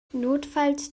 notfalls